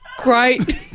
great